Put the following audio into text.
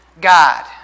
God